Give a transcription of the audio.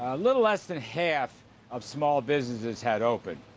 little less than half of small businesses had opened.